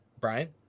Brian